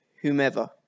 whomever